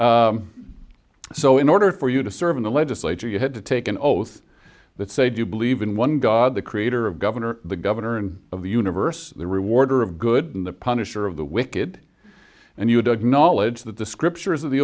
minutes so in order for you to serve in the legislature you had to take an oath that said you believe in one god the creator of governor the governor of the universe the rewarder of good and the punisher of the wicked and you doug knowledge that the scriptures of the